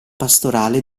pastorale